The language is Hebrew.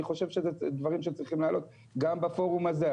חושב שזה דברים שצריכים לעלות גם בפורום הזה.